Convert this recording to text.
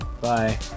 Bye